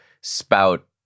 spout